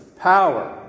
power